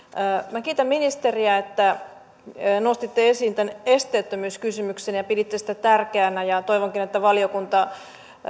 minä kiitän ministeriä että nostitte esiin tämän esteettömyyskysymyksen ja piditte sitä tärkeänä toivonkin että valiokunta